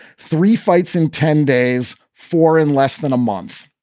three fights in ten days. four in less than a month.